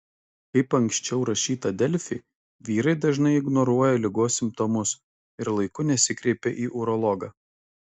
kaip anksčiau rašyta delfi vyrai dažnai ignoruoja ligos simptomus ir laiku nesikreipia į urologą